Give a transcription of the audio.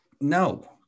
no